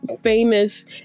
famous